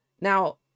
now